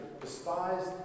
despised